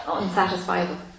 unsatisfiable